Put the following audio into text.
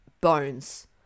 bones